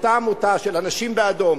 אותה עמותה של "אנשים באדום",